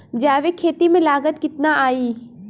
जैविक खेती में लागत कितना आई?